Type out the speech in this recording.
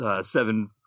seven